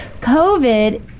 COVID